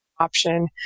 option